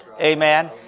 Amen